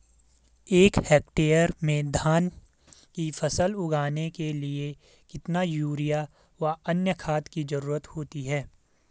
एक हेक्टेयर में धान की फसल उगाने के लिए कितना यूरिया व अन्य खाद की जरूरत होती है?